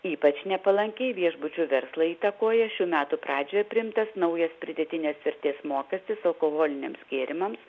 ypač nepalankiai viešbučių verslą įtakoja šių metų pradžioje priimtas naujas pridėtinės vertės mokestis alkoholiniams gėrimams